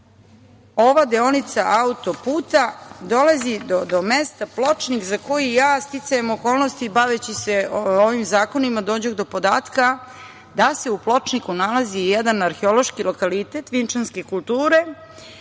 ova deonica auto-puta dolazi do mesta Pločnik za koji ja, sticajem okolnosti, baveći se ovim zakonima, dođoh do podatka da se u Pločniku nalazi jedan arheološki lokalitet Vinčanske kulture